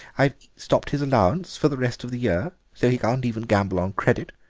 i've stopped his allowance for the rest of the year, so he can't even gamble on credit,